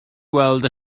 weld